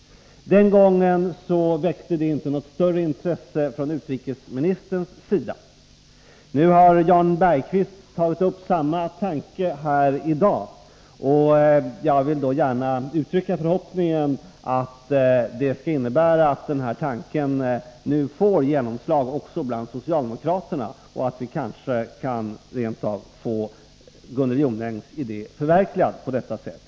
Den gången väckte det inte något större intresse från utrikesministerns sida. Jan Bergqvist har framfört samma tanke här i dag. Jag vill då gärna uttrycka förhoppningen att det skall innebära att tanken nu får genomslag också bland socialdemokraterna och att vi kanske rent av kan få Gunnel Jonängs idé förverkligad.